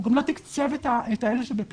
הוא גם לא תקצב את אלה שבפיקוח.